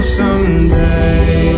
someday